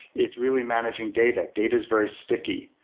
it's really managing data. data is very sticky.